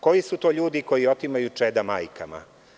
Koji su to ljudi koji otimaju čeda majkama?